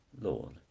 Lord